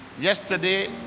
Yesterday